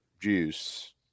juice